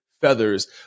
feathers